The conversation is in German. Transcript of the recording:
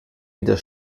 wieder